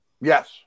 Yes